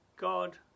God